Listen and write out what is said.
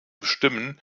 bestimmen